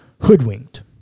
hoodwinked